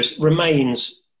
remains